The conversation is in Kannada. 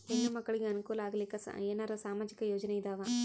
ಹೆಣ್ಣು ಮಕ್ಕಳಿಗೆ ಅನುಕೂಲ ಆಗಲಿಕ್ಕ ಏನರ ಸಾಮಾಜಿಕ ಯೋಜನೆ ಇದಾವ?